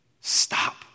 stop